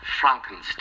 Frankenstein